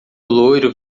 loiro